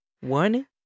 One